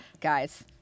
guys